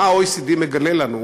מה ה-OECD מגלה לנו?